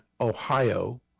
Ohio